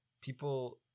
people